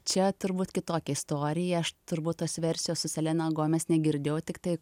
čia turbūt kitokia istorija aš turbūt tos versijos su selena gomez negirdėjau tiktai